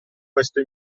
questo